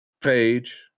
page